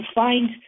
find